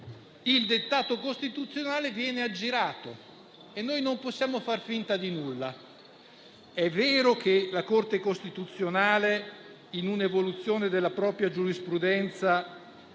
il dettato costituzionale viene aggirato. Noi non possiamo far finta di nulla. È vero che la Corte costituzionale, in un'evoluzione della propria giurisprudenza,